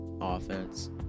offense